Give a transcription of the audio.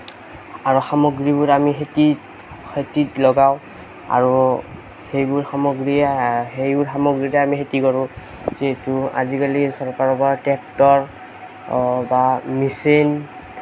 আৰু সামগ্ৰীবোৰ আমি খেতিত খেতিত লগাওঁ আৰু সেইবোৰ সামগ্ৰীয়ে সেইবোৰ সামগ্ৰীৰে আমি খেতি কৰোঁ যিহেতু আজিকালি চৰকাৰৰ পৰা ট্ৰেক্টৰ বা মেচিন